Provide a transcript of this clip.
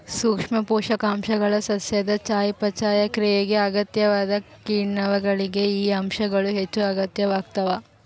ಸೂಕ್ಷ್ಮ ಪೋಷಕಾಂಶಗಳು ಸಸ್ಯದ ಚಯಾಪಚಯ ಕ್ರಿಯೆಗೆ ಅಗತ್ಯವಾದ ಕಿಣ್ವಗಳಿಗೆ ಈ ಅಂಶಗಳು ಹೆಚ್ಚುಅಗತ್ಯವಾಗ್ತಾವ